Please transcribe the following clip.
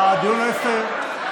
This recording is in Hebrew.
הדיון לא הסתיים.